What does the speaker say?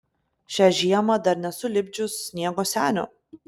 šią žiemą dar nesu lipdžius sniego senio